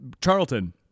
Charlton